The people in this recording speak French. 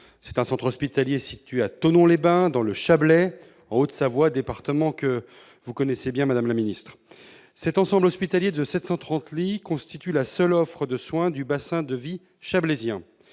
du Léman, centre hospitalier situé à Thonon-les-Bains, dans le Chablais, en Haute-Savoie, un département que vous connaissez bien, madame la secrétaire d'État. Cet ensemble hospitalier de 730 lits constitue la seule offre de soins du bassin de vie chablaisien,